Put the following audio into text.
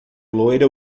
loira